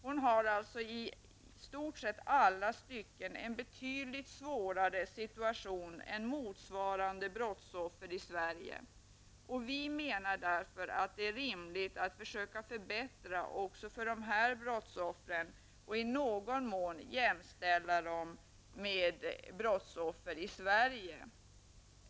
Hon har i stort sett på alla sätt en betydligt svårare situation än motsvarande brottsoffer i Sverige. Därför menar vi att det är rimligt att försöka förbättra också för de här brottsoffren och i någon mån jämställa dem med brottsoffer i Sverige.